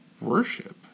worship